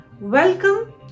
welcome